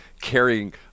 carrying